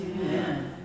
Amen